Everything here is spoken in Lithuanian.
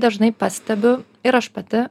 dažnai pastebiu ir aš pati